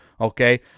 okay